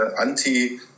anti